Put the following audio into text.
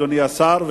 אדוני השר,